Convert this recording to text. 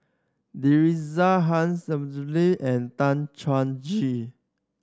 Teresa Hsu and Tan Chuan Jin